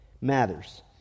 matters